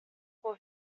from